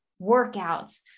workouts